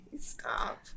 Stop